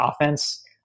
offense